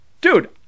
Dude